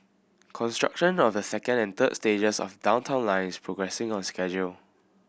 construction of the second and third stages of Downtown Line is progressing on schedule